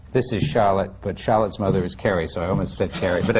this is charlotte. but charlotte's mother is carrie, so i almost said carrie. but